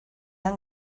han